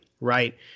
Right